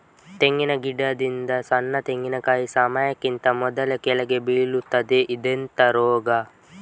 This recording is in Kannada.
ತೆಂಗಿನ ಗಿಡದಿಂದ ಸಣ್ಣ ತೆಂಗಿನಕಾಯಿ ಸಮಯಕ್ಕಿಂತ ಮೊದಲೇ ಕೆಳಗೆ ಬೀಳುತ್ತದೆ ಇದೆಂತ ರೋಗ?